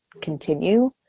continue